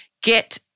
get